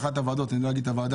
באחת הוועדות שניהלתי,